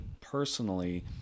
personally